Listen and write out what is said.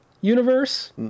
Universe